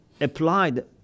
applied